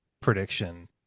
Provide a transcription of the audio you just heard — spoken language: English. prediction